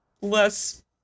less